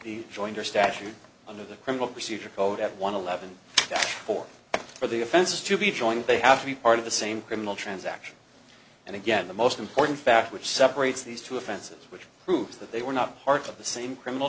the jointer statute under the criminal procedure code at one eleven for for the offenses to be joint they have to be part of the same criminal transaction and again the most important fact which separates these two offenses which proves that they were not part of the same criminal